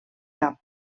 cap